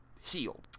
healed